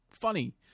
funny